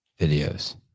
videos